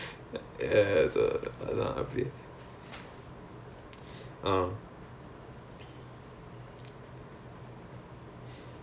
ya lor ya I also took one business module last year then but okay lah அது வந்து:athu vanthu business law